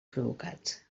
provocats